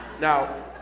now